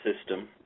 system